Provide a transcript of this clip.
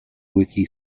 wiki